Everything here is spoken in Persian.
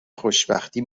خوشبختی